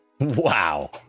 Wow